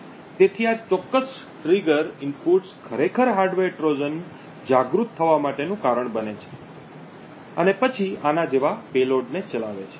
તેથી આ ચોક્કસ ટ્રિગર ઇનપુટ્સ ખરેખર હાર્ડવેર ટ્રોજન જાગૃત થવા માટેનું કારણ બને છે અને પછી આના જેવા પેલોડને ચલાવે છે